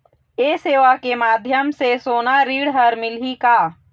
ये सेवा के माध्यम से सोना ऋण हर मिलही का?